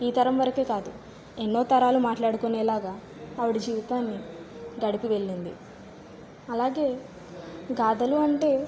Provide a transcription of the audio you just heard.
ఈ తరం వరకే కాదు ఎన్నో తరాలు మాట్లాడుకునేలాగా ఆవిడ జీవితాన్ని గడిపి వెళ్ళింది అలాగే గాథలు అంటే